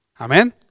Amen